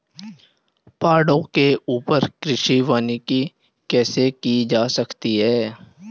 पहाड़ों के ऊपर कृषि वानिकी कैसे की जा सकती है